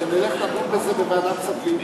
שנלך לדון בזה בוועדת כספים.